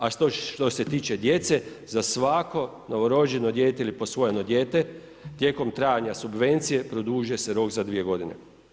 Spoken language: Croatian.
A što se tiče djece za svako novorođeno dijete ili posvojeno dijete tijekom trajanja subvencije produžuje se rok za 2 godine.